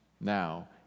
now